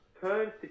turns